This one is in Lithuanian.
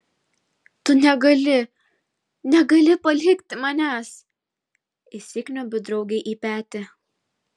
tu negali negali palikti manęs įsikniaubiu draugei į petį